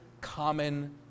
common